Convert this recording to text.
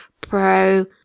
pro